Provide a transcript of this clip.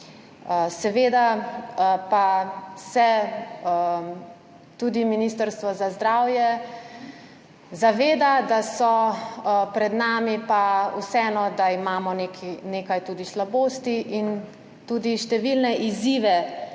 Seveda pa se tudi Ministrstvo za zdravje zaveda, da imamo pred nami vseeno tudi nekaj slabosti in tudi številne izzive,